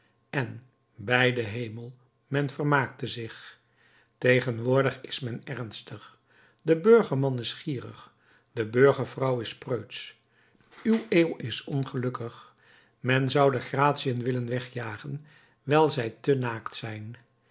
en bij den hemel men vermaakte zich tegenwoordig is men ernstig de burgerman is gierig de burgervrouw is preutsch uw eeuw is ongelukkig men zou de gratiën willen wegjagen wijl zij te naakt zijn